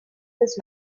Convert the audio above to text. his